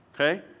Okay